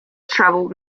travelled